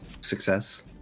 success